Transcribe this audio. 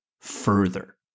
further